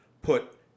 put